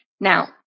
Now